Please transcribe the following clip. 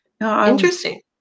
Interesting